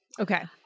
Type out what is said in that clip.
okay